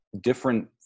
different